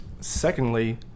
Secondly